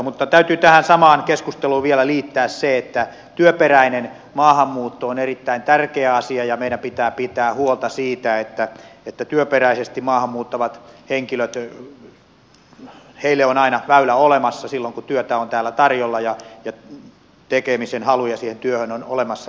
mutta täytyy tähän samaan keskusteluun vielä liittää se että työperäinen maahanmuutto on erittäin tärkeä asia ja meidän pitää pitää huolta siitä että työperäisesti maahan muuttaville henkilöille on aina väylä olemassa silloin kun työtä on täällä tarjolla ja tekemisen haluja siihen työhön on olemassa